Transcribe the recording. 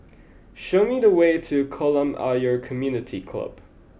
show me the way to Kolam Ayer Community Club